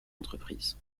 entreprise